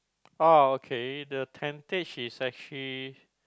orh okay the tentage is actually